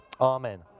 Amen